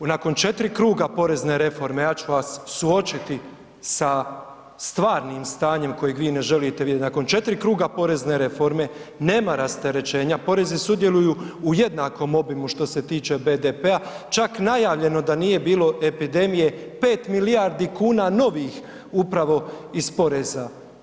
Nakon 4 kruga porezne reforme, ja ću vas suočiti sa stvarnim stanjem kojeg vi ne želite vidjeti nakon 4 kruga porezne reforme nema rasterećenja, porezi sudjeluju u jednakom obimu što se tiče BDP-a, čak najavljeno da nije bilo epidemije 5 milijardi kuna novih upravo iz poreza.